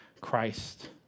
Christ